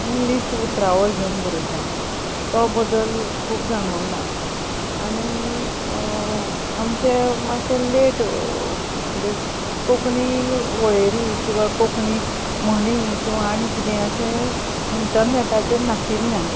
English उतरावळ घेवन बरयता तो बदल खूब जाणवला आनी आमचें मातशें लेट म्हणजे कोंकणी वळेरी किंवां कोंकणी म्हणी किंवां आनी कितें अशें इंटर्नेटाचेर नाशिल्ल्यान